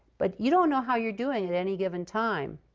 but you don't know how you're doing at any given time.